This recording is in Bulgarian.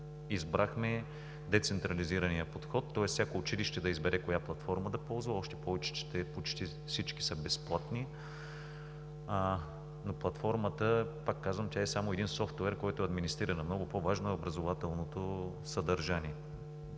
избрахме децентрализирания подход, тоест всяко училище да избере коя платформа да ползва, още повече, че почти всички са безплатни. Платформата, пак казвам, е само един софтуер, който администрира. Много по-важно е образователното съдържание.